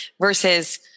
versus